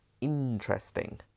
interesting